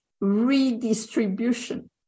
redistribution